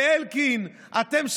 לאלקין: אתם,